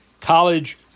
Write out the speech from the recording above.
College